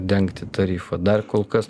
dengti tarifą dar kol kas